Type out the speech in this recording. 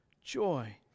joy